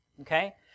Okay